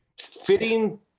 fitting